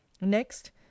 next